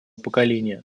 поколения